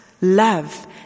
love